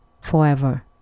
forever